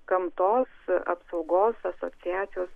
gamtos apsaugos asociacijos